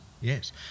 yes